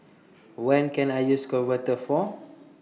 when Can I use Convatec For